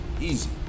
easy